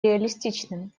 реалистичным